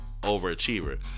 overachiever